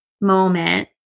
moment